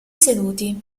seduti